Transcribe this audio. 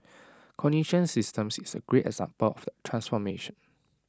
cognitive systems is A great example of the transformation